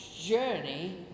journey